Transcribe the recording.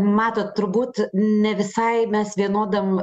matot turbūt ne visai mes vienodam